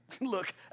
Look